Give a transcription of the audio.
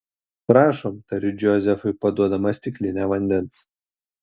prašom tariu džozefui paduodama stiklinę vandens